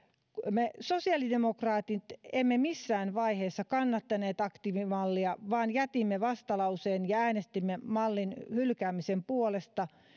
me sosiaalidemokraatit emme missään vaiheessa kannattaneet aktiivimallia vaan jätimme vastalauseen ja äänestimme mallin hylkäämisen puolesta